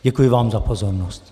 Děkuji vám za pozornost.